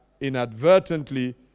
inadvertently